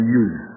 use